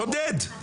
שודד.